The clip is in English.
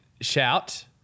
shout